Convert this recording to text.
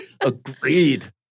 Agreed